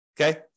okay